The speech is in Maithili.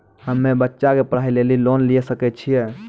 हम्मे बच्चा के पढ़ाई लेली लोन लिये सकय छियै?